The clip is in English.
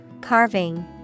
Carving